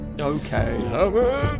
Okay